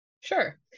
Sure